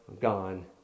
gone